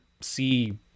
see